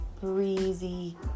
breezy